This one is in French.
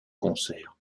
concert